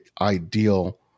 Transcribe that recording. ideal